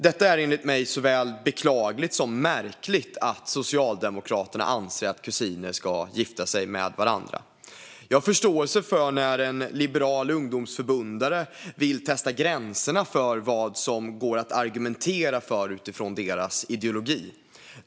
Det är enligt mig såväl beklagligt som märkligt att Socialdemokraterna anser att kusiner ska gifta sig med varandra. Jag har förståelse för när en liberal ungdomsförbundare vill testa gränserna för vad som går att argumentera för utifrån deras ideologi.